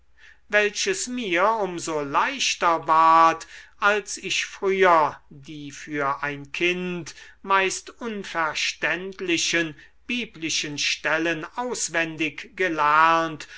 welches mir um so leichter ward als ich früher die für ein kind meist unverständlichen biblischen stellen auswendig gelernt